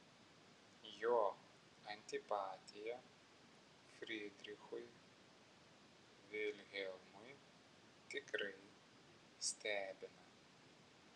jo antipatija frydrichui vilhelmui tikrai stebina